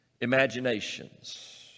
imaginations